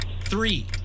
three